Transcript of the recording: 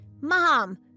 Mom